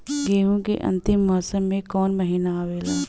गेहूँ के अंतिम मौसम में कऊन महिना आवेला?